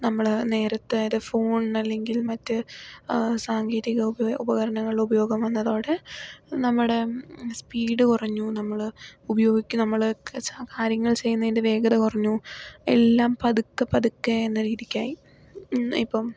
നമ്മൾ നേരത്തെ അത് ഫോണിനല്ലെങ്കിൽ മറ്റ് സാങ്കേതിക ഉപകരണങ്ങളുടെ ഉപയോഗം വന്നതോടെ നമ്മുടെ സ്പീഡ് കുറഞ്ഞു നമ്മൾ ഉപയോഗിക്കുന്ന നമ്മളൊക്കെ കാര്യങ്ങൾ ചെയ്യുന്നതിൻ്റെ വേഗത കുറഞ്ഞു എല്ലാം പതുക്കെ പതുക്കെ എന്ന രീതിക്കായി ഇപ്പം